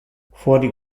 fuori